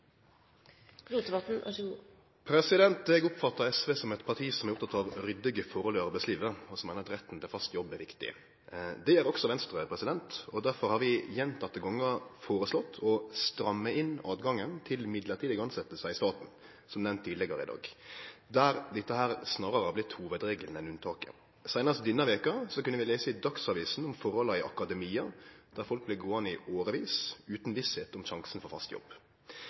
arbeidslivet, og som meiner at retten til fast jobb er viktig. Det gjer også Venstre, og derfor har vi gjentekne gonger føreslått å stramme inn tilgangen til mellombelse tilsetjingar i staten, som nemnt tidlegare i dag, der dette snarare har vorte hovudregelen enn unntaket. Seinast denne veka kunne vi lese i Dagsavisen om forholda i akademia, der folk blir gåande i årevis utan visse om sjansen for å få fast jobb.